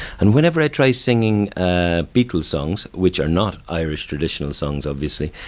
and whenever i try singing ah beatles songs which are not irish traditional songs, obviously!